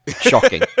shocking